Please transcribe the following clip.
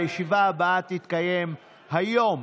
הישיבה הבאה תתקיים היום,